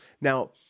Now